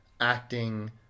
acting